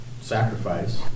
sacrifice